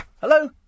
Hello